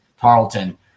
Tarleton